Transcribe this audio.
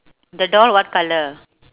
the doll what colour